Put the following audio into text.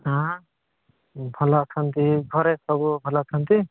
ହଁ ଭଲ ଅଛନ୍ତି ଘରେ ସବୁ ଭଲ ଅଛନ୍ତି